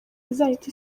izahita